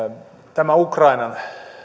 tämä ukrainan